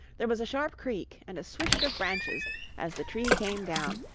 there was a sharp creak and a swish of branches as the tree came down,